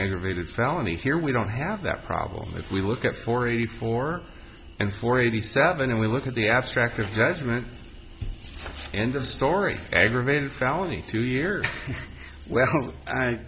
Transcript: aggravated felony here we don't have that problem if we look at four eighty four and four eighty seven and we look at the abstract judgment and a story aggravated felony two years well i